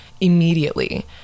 immediately